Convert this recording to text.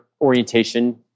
orientation